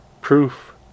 proof